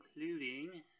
including